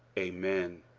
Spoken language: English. amen.